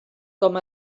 com